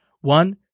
One